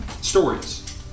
stories